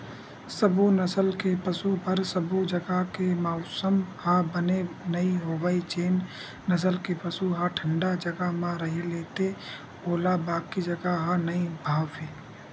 सबो नसल के पसु बर सबो जघा के मउसम ह बने नइ होवय जेन नसल के पसु ह ठंडा जघा म रही लेथे ओला बाकी जघा ह नइ भावय